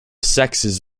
sexes